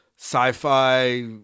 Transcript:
sci-fi